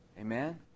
Amen